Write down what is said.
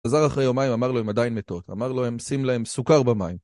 חזר אחרי יומיים, אמר לו, הם עדיין מתות. אמר לו, הם שים להם סוכר במים.